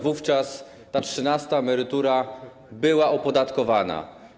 Wówczas ta trzynasta emerytura była opodatkowana.